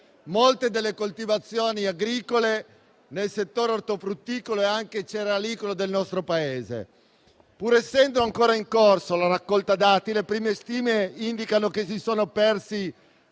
molte delle coltivazioni agricole nel settore ortofrutticolo e anche cerealicolo del nostro Paese. Pur essendo ancora in corso la raccolta dati, le prime stime indicano che si sono persi